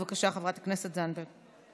בבקשה, חברת הכנסת זנדברג.